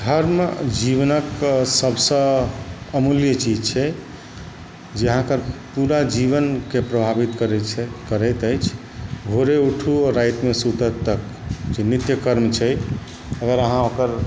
धर्म जीवनके सबसँ अमूल्य चीज छै जे अहाँके पूरा जीवनके प्रभावित करैत छै करैत अछि भोरे उठू आ रातिमे सुतऽ तक जे नित्यकर्म छै अगर अहाँ ओकर